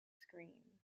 screens